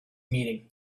meeting